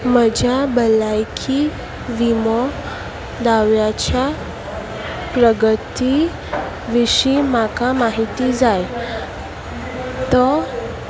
म्हज्या भलायकी विमो दाव्याच्या प्रगती विशीं म्हाका माहिती जाय तो